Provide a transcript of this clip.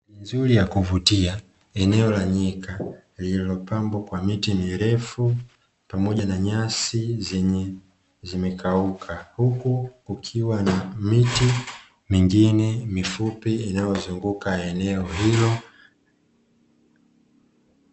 Mandhari nzuri ya kuvutia, eneo la nyika lililopambwa kwa miti mirefu pamoja na nyasi zenye zimekauka, huku kukiwa na miti mingine mifupi inayozunguka eneo hilo.